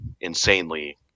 insanely